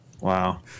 Wow